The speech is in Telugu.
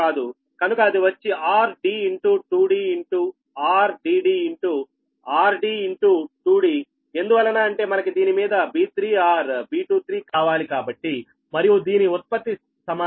కనుక అది వచ్చి r d ఇంటూ2d into r d d into r d into 2 d ఎందువలన అంటే మనకి దీని మీద b3 or b23 కావాలి కాబట్టి మరియు దీని ఉత్పత్తి సమానం